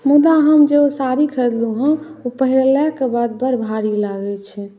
मुदा हम जे ओ साड़ी खरीदलहुँ हेँ ओ पहिरलाके बाद बड़ भाड़ी लागैत छै